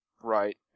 Right